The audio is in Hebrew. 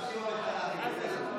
בבקשה, גברתי השרה.